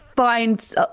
Find